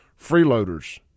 freeloaders